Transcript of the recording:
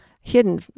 hidden